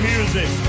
Music